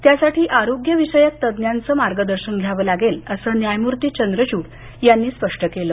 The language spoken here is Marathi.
त्यासाठी आरोग्यविषयक तज्ञांचं मार्गदर्शन घ्यावं लागेल असं न्यायमूर्ती चंद्रचूड यांनी स्पष्ट केलं